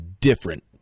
different